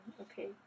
okay